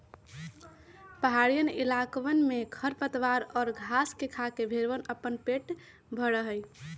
पहड़ीया इलाकवन में खरपतवार और घास के खाके भेंड़वन अपन पेट भरा हई